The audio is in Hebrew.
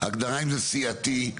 הגדרה אם זה סיעתי.